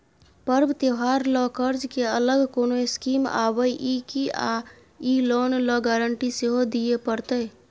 पर्व त्योहार ल कर्ज के अलग कोनो स्कीम आबै इ की आ इ लोन ल गारंटी सेहो दिए परतै?